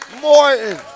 Morton